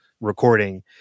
recording